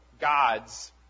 God's